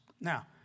Now